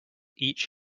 each